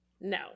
No